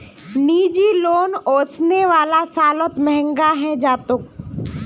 निजी लोन ओसने वाला सालत महंगा हैं जातोक